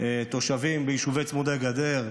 תושבים ביישובי צמודי גדר,